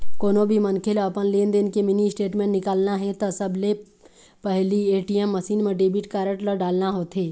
कोनो भी मनखे ल अपन लेनदेन के मिनी स्टेटमेंट निकालना हे त सबले पहिली ए.टी.एम मसीन म डेबिट कारड ल डालना होथे